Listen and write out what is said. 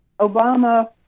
Obama